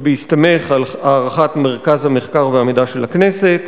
ובהסתמך על הערכת מרכז המחקר והמידע של הכנסת,